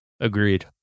Agreed